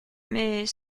mais